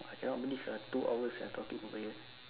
I cannot believe ah two hours ah talking over here